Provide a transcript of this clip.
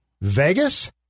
Vegas